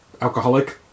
alcoholic